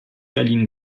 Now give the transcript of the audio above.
berlin